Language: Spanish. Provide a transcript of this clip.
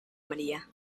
maría